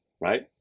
right